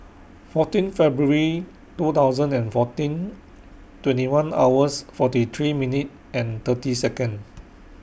fourteen February two thousand and fourteen twenty one hours forty three minutes and thirty Seconds